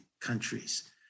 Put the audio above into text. countries